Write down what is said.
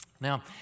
Now